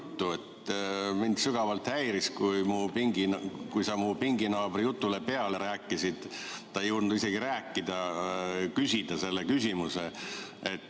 Mind sügavalt häiris, kui sa mu pinginaabri jutule peale rääkisid, ta ei jõudnud isegi rääkida ega küsida oma küsimust.